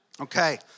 Okay